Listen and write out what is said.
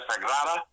Sagrada